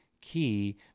key